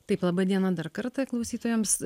taip laba diena dar kartą klausytojams